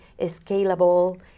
scalable